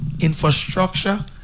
infrastructure